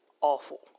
awful